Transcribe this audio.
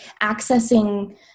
accessing